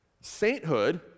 Sainthood